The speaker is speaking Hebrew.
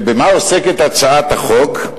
ובמה עוסקת הצעת החוק?